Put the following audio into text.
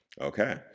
Okay